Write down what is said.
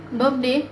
birthday